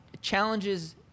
challenges